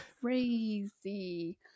crazy